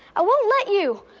i won't let you.